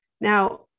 Now